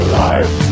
life